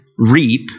reap